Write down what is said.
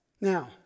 Now